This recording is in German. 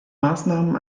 maßnahmen